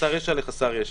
מחסר ישע לחסר ישע.